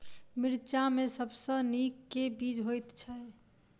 मिर्चा मे सबसँ नीक केँ बीज होइत छै?